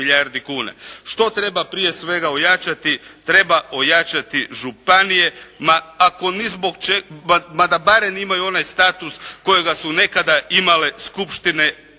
Što treba prije svega ojačati? Treba ojačati županije, ma ako ni zbog čega, ma da barem imaju onaj status kojega su nekada imale skupštine općina